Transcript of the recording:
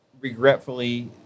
regretfully